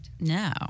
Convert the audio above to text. No